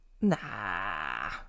Nah